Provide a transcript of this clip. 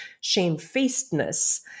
shamefacedness